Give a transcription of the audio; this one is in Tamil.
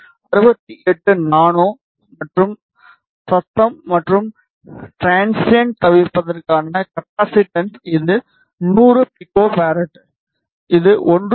68 நானோ மற்றும் சத்தம் மற்றும் டிரான்சிண்ட்களை தவிர்ப்பதற்கான கப்பாசிட்டன்ஸ் இது 100 பிகோ இது 1